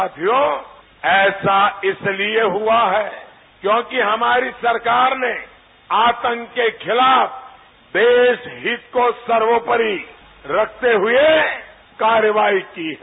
भाइयों ऐसा इसलिए हुआ क्योंकि हमारी सरकार ने आतंक के खिलाफ देशहित को सर्वोपरि रखते हुए कार्रवाई की है